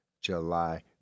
July